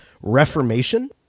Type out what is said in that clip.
reformation